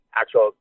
actual